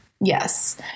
Yes